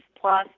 plus